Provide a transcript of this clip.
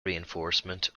reinforcement